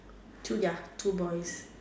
two ya two boys